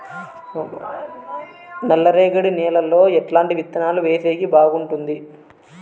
నల్లరేగడి నేలలో ఎట్లాంటి విత్తనాలు వేసేకి బాగుంటుంది?